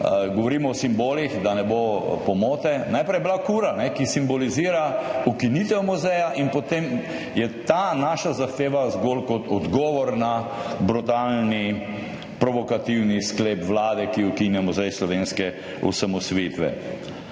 govorimo o simbolih, da ne bo pomote – najprej je bila kura, ki simbolizira ukinitev muzeja, in potem je ta naša zahteva zgolj kot odgovor na brutalni, provokativni sklep Vlade, ki ukinja Muzej slovenske osamosvojitve.